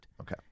Okay